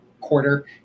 quarter